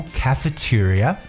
cafeteria